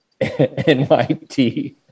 NYT